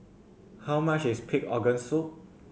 how much is pig organ soup